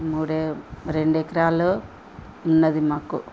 మూడె రెండెకరాలు ఉన్నది మాకు